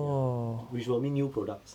ya which will mean new products